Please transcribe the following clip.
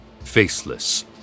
Faceless